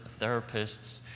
therapists